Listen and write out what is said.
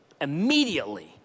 Immediately